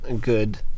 good